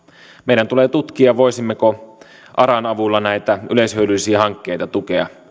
meidän tulee tutkia voisimmeko aran avulla näitä yleishyödyllisiä hankkeita tukea